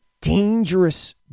dangerous